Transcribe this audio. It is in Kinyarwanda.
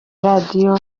radio